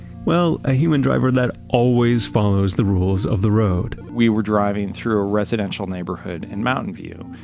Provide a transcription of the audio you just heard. well, a human driver that always follows the rules of the road we were driving through a residential neighborhood in mountain view,